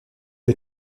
est